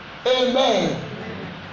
Amen